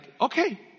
okay